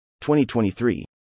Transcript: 2023